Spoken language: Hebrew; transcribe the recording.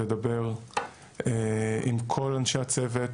לדבר עם כל אנשי הצוות,